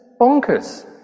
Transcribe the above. bonkers